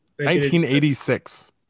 1986